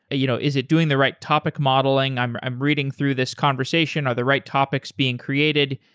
you know is it doing the right topic modeling? i'm i'm reading through this conversation. are the right topics being created?